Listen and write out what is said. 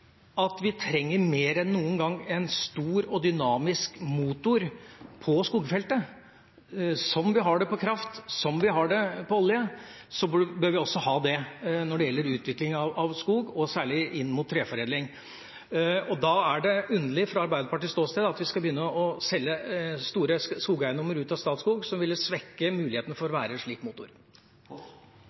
at vi trenger mer enn noen gang en stor og dynamisk motor på skogfeltet. Som vi har det på kraft, som vi har det på olje, bør vi også ha det når det gjelder utvikling av skog, og særlig inn mot treforedling. Da er det underlig fra Arbeiderpartiets ståsted at vi skal begynne å selge store skogeiendommer ut av Statskog, som ville svekke mulighetene for å være en slik motor.